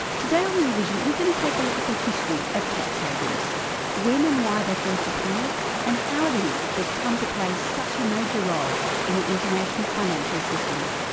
today on rear vision we're going to take a look at the history of tax havens when and why they first appeared and how it is that they have come to play such a major role in the international financial system.